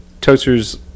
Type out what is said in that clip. Toaster's